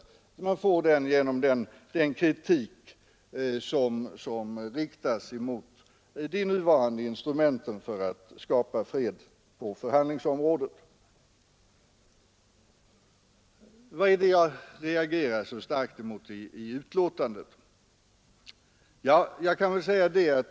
Den känslan får man genom den kritik som riktas mot de nuvarande instrumenten för att skapa trygghet mot störning av samhällsfunktioner av vital karaktär. Vad är det jag reagerar så starkt emot i betänkandet?